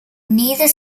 neither